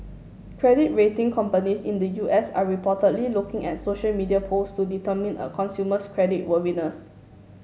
credit rating companies in the U S are reportedly looking at social media posts to determine a consumer's credit worthiness